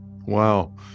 Wow